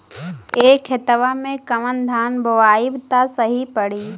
ए खेतवा मे कवन धान बोइब त सही पड़ी?